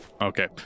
Okay